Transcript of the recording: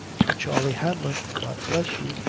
for charley hanlon. god bless you,